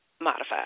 modified